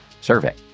survey